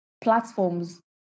platforms